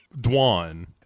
dwan